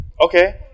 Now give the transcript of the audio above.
Okay